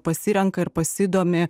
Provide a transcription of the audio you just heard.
pasirenka ir pasidomi